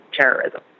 terrorism